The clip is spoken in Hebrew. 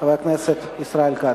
חבר הכנסת ישראל כץ.